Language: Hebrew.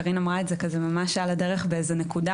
קארין אמרה את זה על הדרך באיזו נקודה